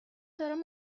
دارم